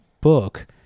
book